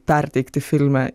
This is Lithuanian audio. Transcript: perteikti filme